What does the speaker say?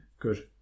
Good